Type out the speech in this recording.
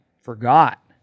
forgot